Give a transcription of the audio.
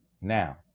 Now